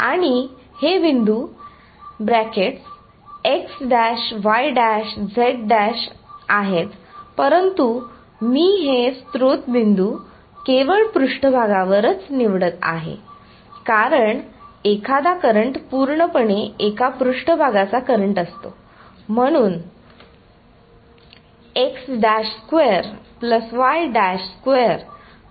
आणि हे बिंदू x y z आहेत परंतु मी हे स्त्रोत बिंदू केवळ पृष्ठभागावरच निवडत आहे कारण एखादा करंट पूर्णपणे एक पृष्ठभागाचा करंट असतो म्हणून